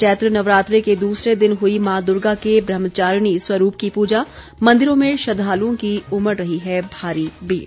चैत्र नवरात्रे के दूसरे दिन हुई मां दुर्गा के ब्रह्मचारिणी स्वरूप की पूजा मंदिरों में श्रद्वालुओं की उमड़ रही है भारी भीड़